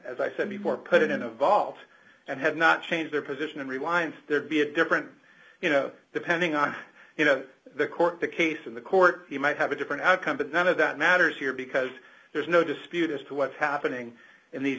as i said before put it in a vault and have not changed their position and rewind there'd be a different you know depending on you know the court case in the court you might have a different outcome but none of that matters here because there's no dispute as to what's happening in the